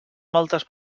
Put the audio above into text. moltes